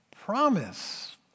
promise